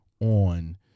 on